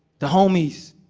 the homeys.